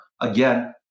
again